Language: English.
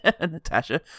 Natasha